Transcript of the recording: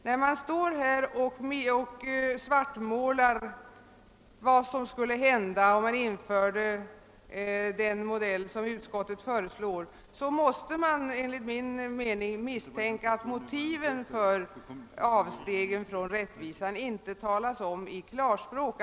När det här i mörka färger utmålas vad som skulle hända om man införde den av utskottet föreslagna modellen, måste man enligt min mening misstänka att motiven för avstegen från rättvisan inte nämnts i klarspråk.